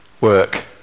work